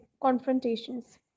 confrontations